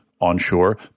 onshore